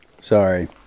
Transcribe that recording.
Sorry